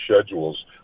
schedules